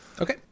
Okay